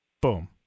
Boom